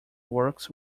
works